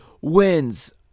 wins